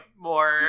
more